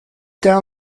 down